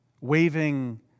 waving